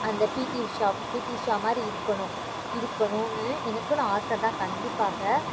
அந்த P T Usha P T உஷாமாதிரி இருக்கணும் இருக்கணும்னு எனக்குன்னு ஆசைதான் கண்டிப்பாக